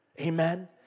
Amen